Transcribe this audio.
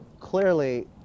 clearly